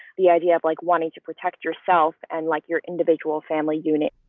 the idea of like wanting to protect yourself and like your individual family unit,